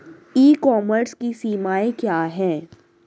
ई commerce की सीमाएं क्या हैं?